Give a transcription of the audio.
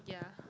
yeah